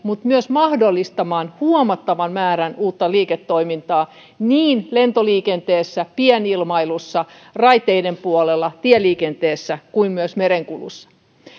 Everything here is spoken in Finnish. mutta myös mahdollistamaan huomattavan määrän uutta liiketoimintaa niin lentoliikenteessä pienilmailussa raiteiden puolella tieliikenteessä kuin myös merenkulussa